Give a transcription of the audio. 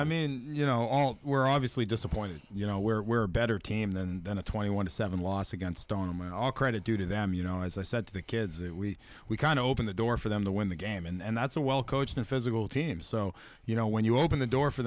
i mean you know all we're obviously disappointed you know where we're better team then then a twenty one to seven loss against on my all credit due to them you know as i said to the kids that we we can open the door for them to win the game and that's a well coached and physical team so you know when you open the door for